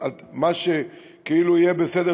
על מה שכאילו יהיה בסדר,